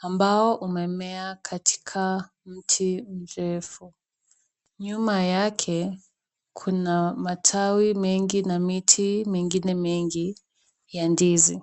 ambao umemea katika mti mrefu, nyuma yake kuna matawi mengi na miti mingine mengi ya ndizi.